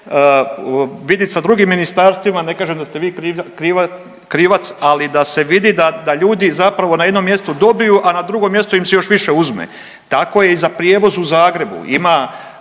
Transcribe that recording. vidit sa drugim ministarstvima, ne kažem da ste vi krivac, ali da se vidi da ljudi zapravo na jednom mjestu dobiju, a na drugom mjestu im se još više uzme. Tako je i za prijevoz u Zagrebu. Ima